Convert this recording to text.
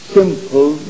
simple